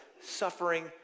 suffering